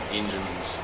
engines